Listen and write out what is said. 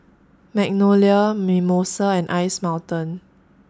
Magnolia Mimosa and Ice Mountain